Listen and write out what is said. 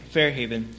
Fairhaven